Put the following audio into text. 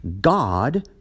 God